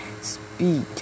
speak